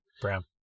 Brown